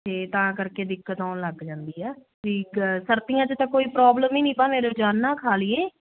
ਤੇ ਤਾਂ ਕਰਕੇ ਦਿੱਕਤ ਆਉਣ ਲੱਗ ਜਾਂਦੀ ਹ ਵੀ ਸਰਦੀਆਂ 'ਚ ਤਾਂ ਕੋਈ ਪ੍ਰੋਬਲਮ ਹੀ ਨਹੀਂ ਭਾਵੇਂ ਰੋਜ਼ਾਨਾ ਖਾ ਲਈਏ